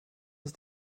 ist